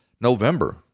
November